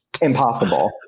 Impossible